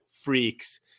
freaks